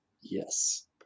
yes